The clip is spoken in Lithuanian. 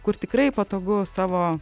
kur tikrai patogu savo